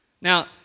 Now